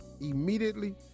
immediately